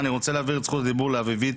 אני רוצה להעביר את זכות הדיבור לאביבית